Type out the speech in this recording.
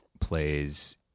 plays